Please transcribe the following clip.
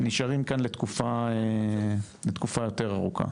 נשארים כאן לתקופה יותר ארוכה.